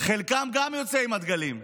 חלקם גם יוצאים עם הדגלים.